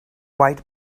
white